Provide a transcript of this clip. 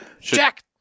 Jack